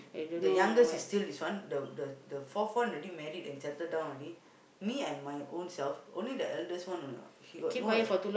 the youngest is still this one the the the fourth one already married and settle down already me I'm my own self only the eldest one or not she got no